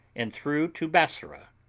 and through to bassorah,